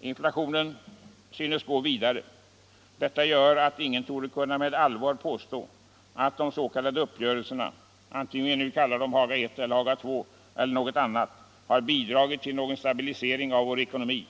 Inflationen synes gå vidare. Ingen torde med allvar kunna påstå att de s.k. uppgörelserna — antingen vi nu kallar dem Haga I eller Haga II eller något annat — har bidragit till någon stabilisering av vår ekonomi.